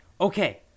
okay